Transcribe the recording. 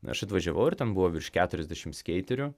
aš atvažiavau ir ten buvo virš keturiasdešimt skeiterių